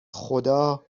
خدا